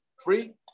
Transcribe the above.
free